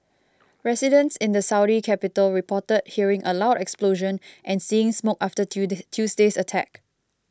residents in the Saudi capital reported hearing a loud explosion and seeing smoke after Tuesday's attack